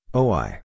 oi